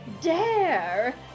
dare